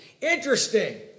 Interesting